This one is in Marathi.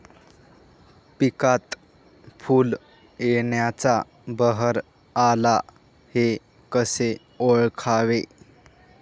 पिकात फूल येण्याचा बहर आला हे कसे ओळखावे?